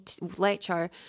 lecture